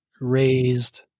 raised